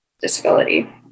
disability